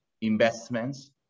investments